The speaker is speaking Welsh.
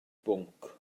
bwnc